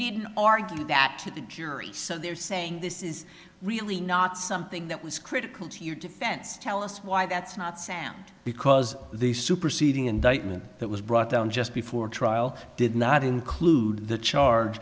didn't argue that to the jury so they're saying this is really not something that was critical to your defense tell us why that's not sound because the superseding indictment that was brought down just before trial did not include the charge